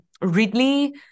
Ridley